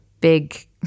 big